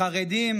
חרדים,